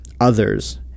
others